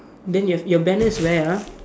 then your your banner is where ah